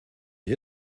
ihr